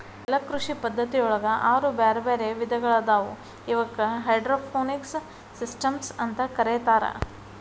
ಜಲಕೃಷಿ ಪದ್ಧತಿಯೊಳಗ ಆರು ಬ್ಯಾರ್ಬ್ಯಾರೇ ವಿಧಗಳಾದವು ಇವಕ್ಕ ಹೈಡ್ರೋಪೋನಿಕ್ಸ್ ಸಿಸ್ಟಮ್ಸ್ ಅಂತ ಕರೇತಾರ